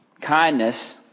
kindness